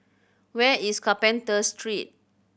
where is Carpenter Street